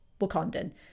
Wakandan